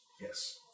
Yes